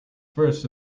first